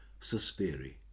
Suspiri